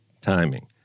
timing